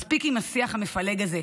מספיק עם השיח המפלג הזה.